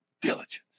Diligence